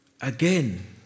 Again